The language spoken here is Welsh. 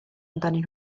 amdanyn